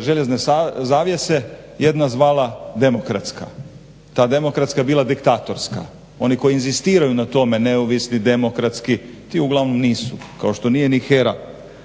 željezne zavjese jedna zvala demokratska. Ta demokratska je bila diktatorska. Oni koji inzistiraju na tome, neovisni, demokratski, ti uglavnom nisu kao što nije ni HERA.